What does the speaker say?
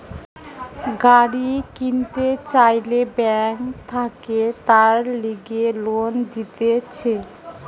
গাড়ি কিনতে চাইলে বেঙ্ক থাকে তার লিগে লোন দিতেছে